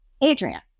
Adrian